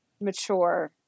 mature